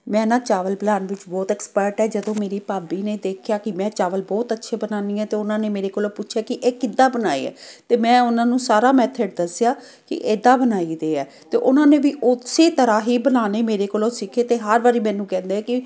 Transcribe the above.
ਮੈਂ ਨਾ ਚਾਵਲ ਬਣਾਉਣ ਵਿੱਚ ਬਹੁਤ ਐਕਸਪਰਟ ਹੈ ਜਦੋਂ ਮੇਰੀ ਭਾਬੀ ਨੇ ਦੇਖਿਆ ਕਿ ਮੈਂ ਚਾਵਲ ਬਹੁਤ ਅੱਛੇ ਬਣਾਉਂਦੀ ਹੈ ਤਾਂ ਉਹਨਾਂ ਨੇ ਮੇਰੇ ਕੋਲੋਂ ਪੁੱਛਿਆ ਕਿ ਇਹ ਕਿੱਦਾਂ ਬਣਾਏ ਹੈ ਅਤੇ ਮੈਂ ਉਹਨਾਂ ਨੂੰ ਸਾਰਾ ਮੈਥਡ ਦੱਸਿਆ ਕਿ ਇੱਦਾਂ ਬਣਾਈਦੇ ਹੈ ਅਤੇ ਉਹਨਾਂ ਨੇ ਵੀ ਉਸੇ ਤਰ੍ਹਾਂ ਹੀ ਬਣਾਉਣੇ ਮੇਰੇ ਕੋਲੋਂ ਸਿੱਖੇ ਅਤੇ ਹਰ ਵਾਰੀ ਮੈਨੂੰ ਕਹਿੰਦੇ ਕਿ